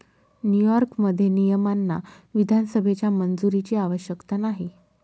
न्यूयॉर्कमध्ये, नियमांना विधानसभेच्या मंजुरीची आवश्यकता नाही